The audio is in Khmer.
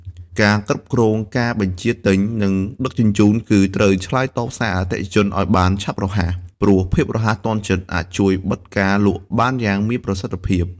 ការគ្រប់គ្រងការបញ្ជាទិញ និងដឹកជញ្ជូនគឺ ត្រូវឆ្លើយតបសារអតិថិជនឱ្យបានឆាប់រហ័ស ព្រោះភាពរហ័សទាន់ចិត្តអាចជួយបិទការលក់បានយ៉ាងមានប្រសិទ្ធភាព។